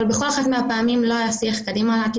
אבל בכל אחת מהפעמים לא היה שיח קדימה לעתיד